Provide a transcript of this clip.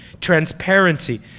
transparency